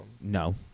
No